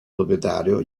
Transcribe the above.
proprietario